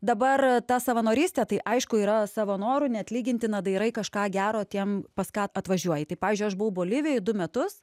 dabar ta savanorystė tai aišku yra savo noru neatlygintina darai kažką gero tiem pas ką atvažiuoji tai pavyzdžiui aš buvau bolivijoj du metus